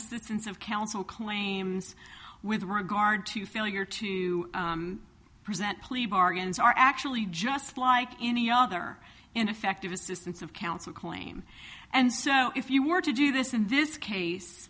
assistance of counsel claims with regard to failure to present plea bargains are actually just like any other ineffective assistance of counsel claim and so if you were to do this in this case